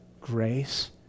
grace